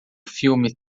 filme